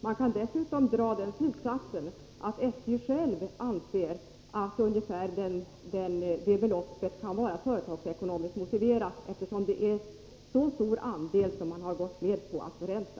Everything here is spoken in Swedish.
Man kan dessutom dra den slutsatsen att man inom SJ själv anser att ungefär det belopp det är fråga om kan vara företagsekonomiskt motiverat, eftersom det är så stor andel som man har gått med på att förränta.